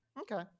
Okay